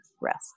rest